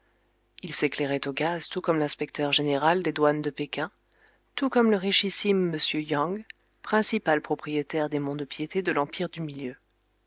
il s'éclairait au gaz tout comme l'inspecteur général des douanes de péking tout comme le richissime m yang principal propriétaire des monts de piété de l'empire du milieu